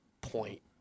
point